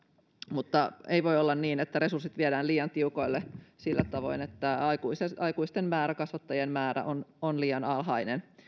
mutta ei voi olla niin että resurssit viedään liian tiukoille sillä tavoin että aikuisten aikuisten määrä kasvattajien määrä on on liian alhainen